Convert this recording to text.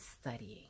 studying